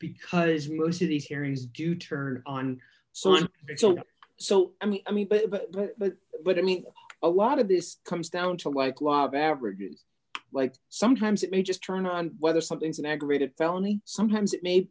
because most of these hearings do turn on so and so so i mean i mean but but but but i mean a lot of this comes down to like law of averages like sometimes it may just turn on whether something's an aggravated felony sometimes it may